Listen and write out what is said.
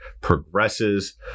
progresses